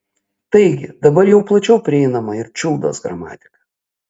taigi dabar jau plačiau prieinama ir čiuldos gramatika